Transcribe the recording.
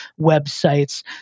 websites